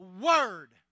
word